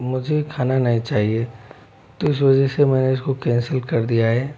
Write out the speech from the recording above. मुझे खाना नहीं चाहिए तो इस वजह से मैने इसको कैंसिल कर दिया है